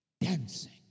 dancing